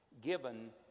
given